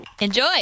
Enjoy